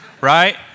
right